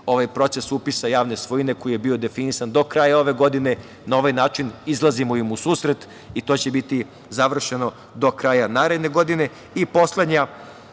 ovaj proces upisa javne svojine koji je bio definisan do kraja ove godine. Na ovaj način izlazimo im u susret i to će biti završeno do kraja naredne